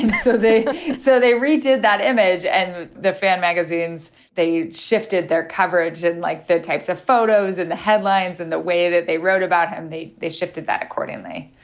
um so they so they redid that image and the fan magazines, they shifted their coverage in and like the types of photos in the headlines and the way that they wrote about him. they they shifted that accordingly.